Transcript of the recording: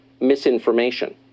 misinformation